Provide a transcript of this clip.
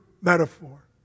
metaphor